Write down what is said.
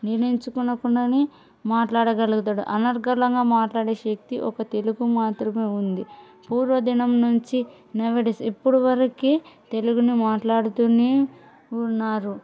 నిర్ణయించుకోకుండానే మాట్లాడగలుగుతాడు అనర్గలంగా మాట్లాడే శక్తి ఒక తెలుగు మాత్రమే ఉంది పూర్వ దినం నుంచి నవ్ఏడేస్ ఇప్పుడువరకి తెలుగుని మాట్లాడుతూనే ఉన్నారు